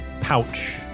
pouch